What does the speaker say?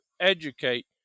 educate